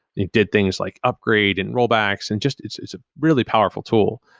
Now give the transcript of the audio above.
it did things like upgrading and rollbacks and just it's it's a really powerful tool,